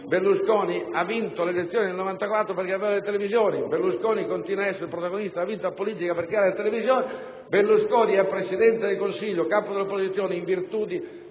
Berlusconi ha vinto le elezioni nel 1994 perché aveva le televisioni, Berlusconi continua ad essere protagonista della vita politica perché ha le televisioni, Berlusconi è Presidente del Consiglio o capo dell'opposizione in virtù del